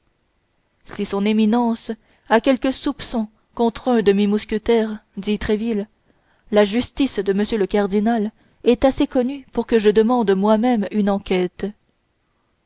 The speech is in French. si son éminence a quelque soupçon contre un de mes mousquetaires dit tréville la justice de m le cardinal est assez connue pour que je demande moi-même une enquête